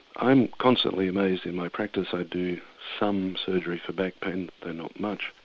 i'm constantly amazed in my practice, i do some surgery for back pain though not much,